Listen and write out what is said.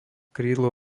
krídlo